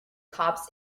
cops